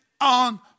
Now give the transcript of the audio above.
on